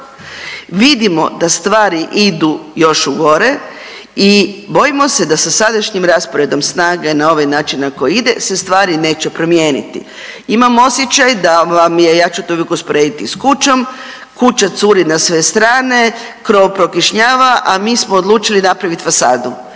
Vidimo da stvari idu još u gore i bojimo se da sadašnjim rasporedom snaga na ovaj način na koji ide se stvari neće promijeniti. Imam osjećaj da vam je, ja ću to uvijek usporediti s kućom, kuća curi na sve strane, krov prokišnjava, a mi smo odlučili napraviti fasadu,